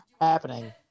happening